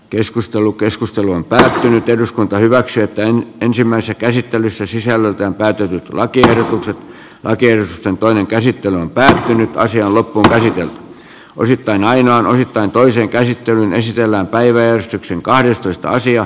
keskustelu keskustelu on päättänyt eduskunta hyväksyy että ensimmäisessä käsittelyssä sisällöltään käytetyt lakiehdotukset alkeista toinen käsittely on päättynyt ja loppu on sitten aina ohittaa toisen käsittelyn esitellään päiväystyksen kahdestoista sija